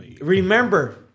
Remember